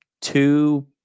Two